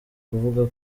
kuvuga